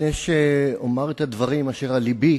לפני שאומר את הדברים אשר על לבי,